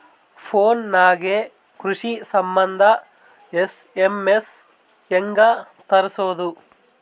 Phone ನಾಗೆ ಕೃಷಿ ಸಂಬಂಧ ಎಸ್.ಎಮ್.ಎಸ್ ಹೆಂಗ ತರಸೊದ?